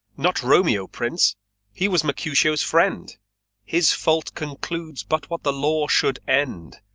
not romeo, prince he was mercutio's friend his fault concludes but what the law should end,